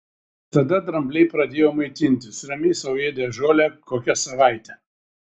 tada drambliai pradėjo maitintis ramiai sau ėdė žolę kokią savaitę